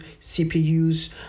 CPUs